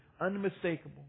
unmistakable